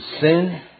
sin